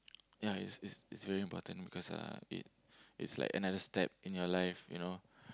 ya is is is very important because uh it it's like another step in your life you know